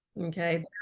Okay